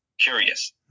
curious